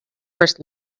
first